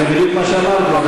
זה בדיוק מה שאמרתי,